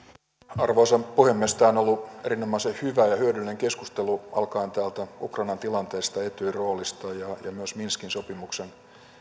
arvoisa puhemies tämä on ollut erinomaisen hyvä ja hyödyllinen keskustelu alkaen täältä ukrainan tilanteesta etyjin roolista ja ja myös minskin sopimuksen